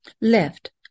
left